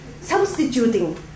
substituting